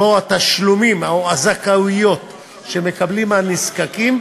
שהתשלום, או הזכאות שמקבלים הנזקקים,